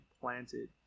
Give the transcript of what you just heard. planted